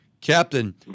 Captain